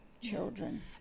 children